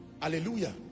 Hallelujah